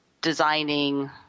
designing